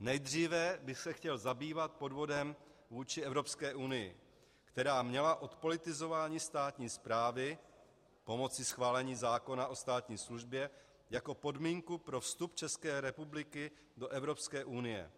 Nejdříve bych se chtěl zabývat podvodem vůči Evropské unii, která měla odpolitizování státní správy pomocí schválení zákona o státní službě jako podmínku pro vstup České republiky do Evropské unie.